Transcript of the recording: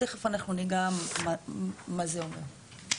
תיכף אנחנו ניגע מה זה אומר.